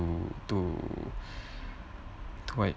to to to